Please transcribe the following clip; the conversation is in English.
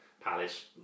palace